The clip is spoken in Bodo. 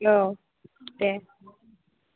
औ दे